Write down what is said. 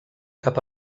cap